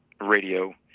radio